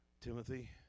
Timothy